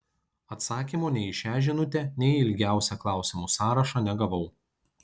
atsakymo nei į šią žinutę nei į ilgiausią klausimų sąrašą negavau